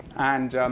and